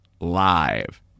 live